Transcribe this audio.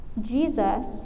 Jesus